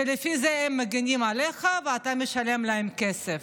ולפי זה הם מגינים עליך ואתה משלם להם כסף,